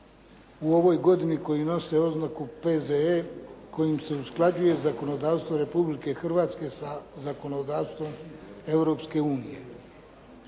u ovoj godini koji nose oznaku P.Z.E. kojim se usklađuje zakonodavstvo Republike Hrvatske sa zakonodavstvom Europske unije.